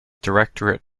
directorate